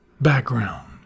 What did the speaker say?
background